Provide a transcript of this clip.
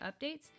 updates